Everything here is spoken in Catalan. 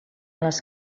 les